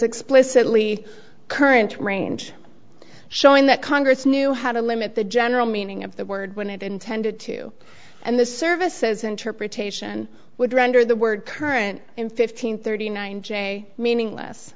explicitly current range showing that congress knew how to limit the general meaning of the word when it intended to and the service says interpretation would render the word current in fifteen thirty nine j meaning